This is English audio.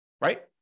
right